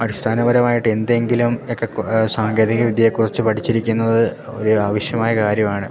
അടിസ്ഥാനപരമായിട്ട് എന്തെങ്കിലും ഒക്കെ സാങ്കേതിക വിദ്യയെക്കുറിച്ച് പഠിച്ചിരിക്കുന്നത് ഒരു ആവശ്യമായ കാര്യമാണ്